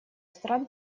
стран